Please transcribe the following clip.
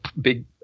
big